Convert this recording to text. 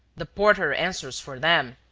the porter answers for them.